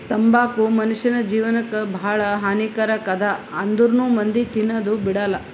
ತಂಬಾಕು ಮುನುಷ್ಯನ್ ಜೇವನಕ್ ಭಾಳ ಹಾನಿ ಕಾರಕ್ ಅದಾ ಆಂದ್ರುನೂ ಮಂದಿ ತಿನದ್ ಬಿಡಲ್ಲ